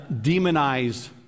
demonized